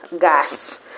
gas